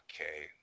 Okay